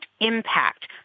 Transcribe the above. impact